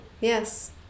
Yes